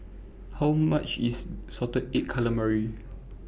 How much IS Salted Egg Calamari